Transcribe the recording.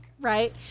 right